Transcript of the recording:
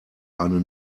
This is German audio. eine